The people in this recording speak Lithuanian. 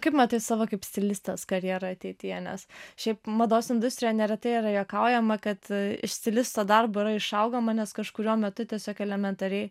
kaip matai savo kaip stilistės karjerą ateityje nes šiaip mados industrija neretai yra juokaujama kad iš stilisto darbo yra išaugama nes kažkuriuo metu tiesiog elementariai